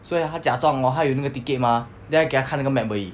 所以他假装 hor 他有那个 ticket mah then 他给他看那个 map 而已